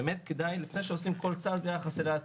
לפני שעושים כל צעד ביחס אליה,